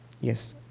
Yes